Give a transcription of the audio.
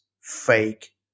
fake